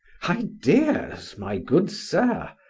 ideas! my good sir?